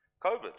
COVID